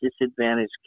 disadvantaged